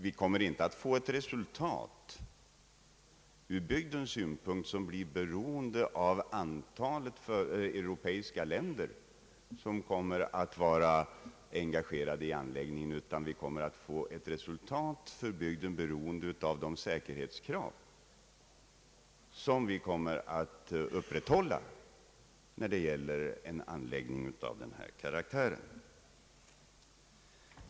Vi kommer alltså inte att ur bygdens synpunkt få ett resultat, som blir beroende av antalet engagerade europeiska länder, utan resultatet för bygden kommer att bli beroende av de säkerhetskrav som vi kommer att upprätthålla, när det gäller en anläggning av denna karaktär.